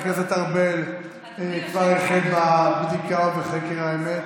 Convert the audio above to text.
חבר הכנסת ארבל כבר החל בבדיקה ובחקר האמת,